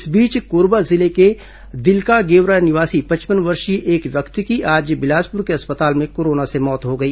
इस बीच कोरबा जिले के दिलका गेवरा निवासी पचपन वर्षीय एक व्यक्ति की आज बिलासपुर के अस्पताल में कोरोना से मौत हो गई